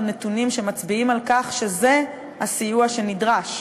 נתונים שמצביעים על כך שזה הסיוע שנדרש.